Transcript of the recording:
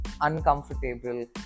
uncomfortable